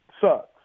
sucks